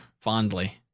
fondly